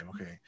Okay